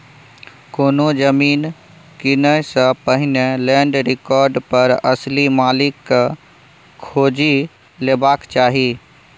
कोनो जमीन कीनय सँ पहिने लैंड रिकार्ड पर असली मालिक केँ खोजि लेबाक चाही